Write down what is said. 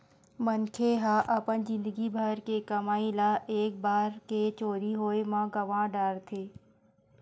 मनखे ह अपन जिनगी भर के कमई ल एके बार के चोरी होए म गवा डारथे